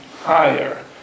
higher